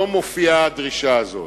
לא מופיעה הדרישה הזאת,